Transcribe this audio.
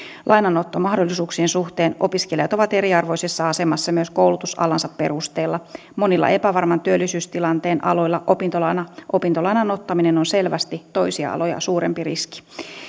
lainanottomahdollisuuksien suhteen opiskelijat ovat eriarvoisessa asemassa myös koulutusalansa perusteella monilla epävarman työllisyystilanteen aloilla opintolainan opintolainan ottaminen on selvästi toisia aloja suurempi riski